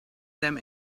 them